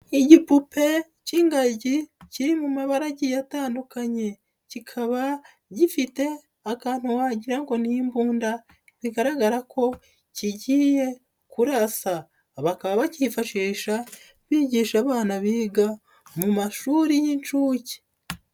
Igipupe k'ingagi kiri mu mabara agiye atandukanye, kikaba gifite akantu wagira ngo ni imbunda bigaragara ko kigiye kurasa, bakaba bakifashisha bigisha abana biga mu mashuri y'inshuke.